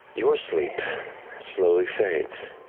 your sleep slowly fades.